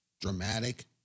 dramatic